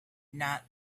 not